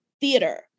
theater